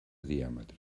diàmetre